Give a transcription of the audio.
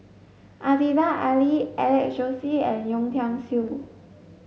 Aziza Ali Alex Josey and Yeo Tiam Siew